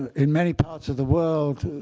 in many parts of the world,